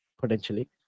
potentially